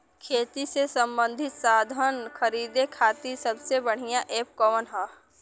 खेती से सबंधित साधन खरीदे खाती सबसे बढ़ियां एप कवन ह?